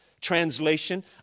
Translation